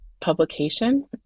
publication